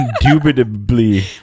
Indubitably